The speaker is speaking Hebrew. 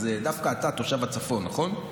אתה דווקא תושב הצפון, נכון?